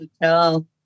hotel